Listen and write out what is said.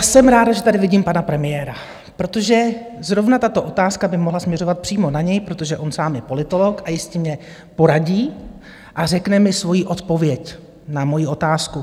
Jsem ráda, že tady vidím pana premiéra, protože zrovna tato otázka by mohla směřovat přímo na něj, protože on sám je politolog a jistě mně poradí a řekne mi svoji odpověď na moji otázku.